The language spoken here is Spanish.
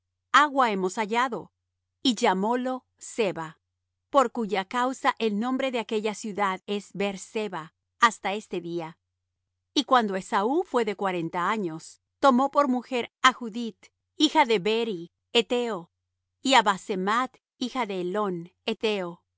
agua hemos hallado y llamólo seba por cuya causa el nombre de aquella ciudad es beer-seba hasta este día y cuando esaú fué de cuarenta años tomó por mujer á judith hija de beeri hetheo y á basemat hija de